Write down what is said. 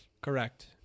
Correct